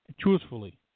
truthfully